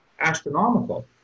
astronomical